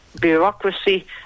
bureaucracy